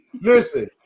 listen